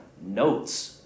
Notes